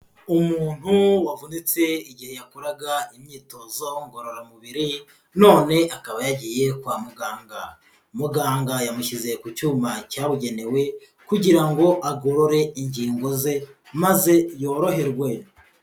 Umuntu wavunitse igihe yakoraga imyitozo ngororamubiri none akaba yagiye kwa muganga, muganga yamushyize ku cyuma cyabugenewe kugira ngo agorore ingingo ze maze yoroherwe.